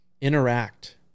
interact